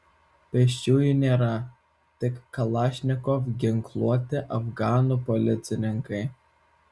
pėsčiųjų nėra tik kalašnikov ginkluoti afganų policininkai